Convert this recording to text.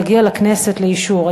תגיע לכנסת לאישור.